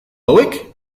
hauek